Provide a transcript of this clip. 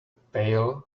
pail